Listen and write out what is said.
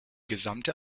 gesamte